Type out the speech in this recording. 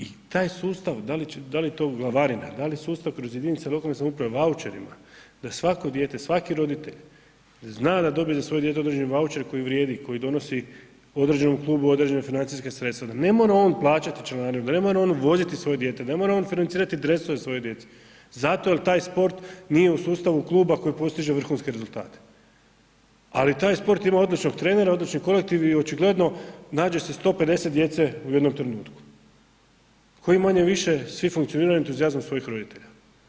I taj sustav, da li je to glavarina, da li sustav kroz jedinice lokalne samouprave vaučerima, da svako dijete, svaki roditelj zna da dobije za svoje dijete određeni vaučer koji vrijedi, koji donosi određenom klubu određena financijska sredstva da ne mora on plaćati članarinu, da ne mora on voziti svoje dijete, da ne mora on financirati dresove svoje djece zato jer taj sport nije u sustavu kluba koji postiže vrhunske rezultate, ali taj sport ima odličnog trenera, odlični kolektiv i očigledno nađe se 150 djece u jednom trenutku, koji manje-više svi funkcioniraju entuzijazmom svojih roditelja.